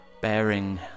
bearing